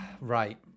Right